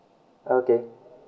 okay